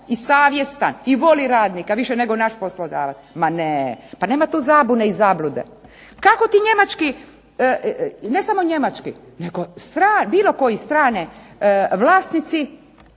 i savjestan i voli radnika više nego naš poslodavac. Ma ne. Pa nema tu zabune i zablude. Kako ti njemački ne samo njemački nego bilo koji strani vlasnici